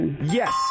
Yes